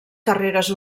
carreres